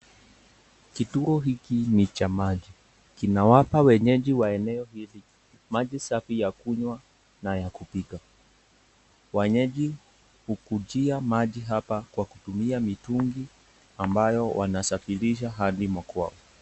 Kituo hiki ni cha maji, kinawapa wenyeji wa eneo hili maji safi ya kuywa na ya kupika, Wanyeji hukujia maji hapa kwa kutumia mitungi ambayo wanasafirisha hadi makwao.